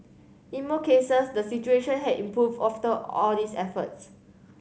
in more cases the situation had improved all these efforts